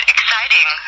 Exciting